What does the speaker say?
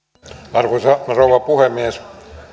arvoisa rouva puhemies